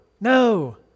no